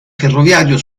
ferroviario